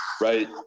right